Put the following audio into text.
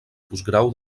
postgrau